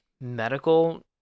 medical